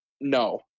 no